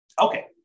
Okay